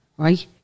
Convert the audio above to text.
Right